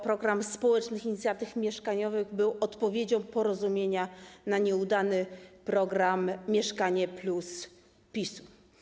Program Społecznych Inicjatyw Mieszkaniowych był odpowiedzią Porozumienia na nieudany program ˝Mieszkanie+˝ PiS-u.